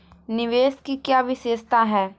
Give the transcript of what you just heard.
निवेश की क्या विशेषता है?